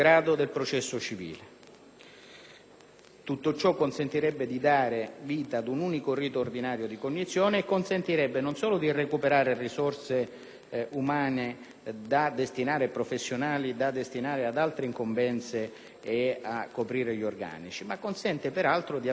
Questo consentirebbe di dare vita a un unico rito ordinario di cognizione e consentirebbe non solo di recuperare risorse umane professionali da destinare ad altre incombenze e a coprire gli organici, ma anche di avere un'attività